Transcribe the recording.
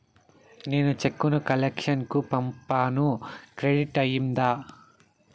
నేను చెక్కు ను కలెక్షన్ కు పంపాను క్రెడిట్ అయ్యిందా